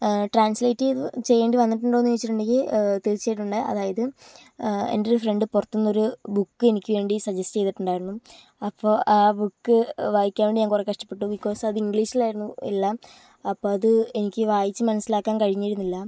translate ചെയ്ത് ചെയേണ്ടി വന്നിട്ടുണ്ടോ എന്ന് ചോദിച്ചിട്ടുണ്ടെങ്കിൽ തീർച്ചയായിട്ടും ഉണ്ട് അതായത് എൻ്റെ ഒരു ഫ്രണ്ട് പുറത്ത് നിന്നൊരു ബുക്ക് എനിക്ക് വേണ്ടി സജസ്റ്റ് ചെയ്തിട്ടുണ്ടായിരുന്നു അപ്പോൾ ആ ബുക്ക് വായിക്കാൻ വേണ്ടി ഞാൻ കുറെ കഷ്ടപ്പെട്ടു ബികോസ് അത് ഇംഗ്ലീഷിൽ ആയിരുന്നു എല്ലാം അപ്പോൾ അത് എനിക്ക് വായിച്ച് മനസിലാക്കാൻ കഴിഞ്ഞിരുന്നില്ല